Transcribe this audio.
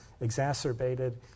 exacerbated